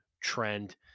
trend